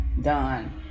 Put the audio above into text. done